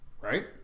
Right